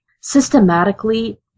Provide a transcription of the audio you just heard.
systematically